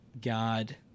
God